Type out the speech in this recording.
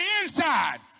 inside